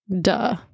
Duh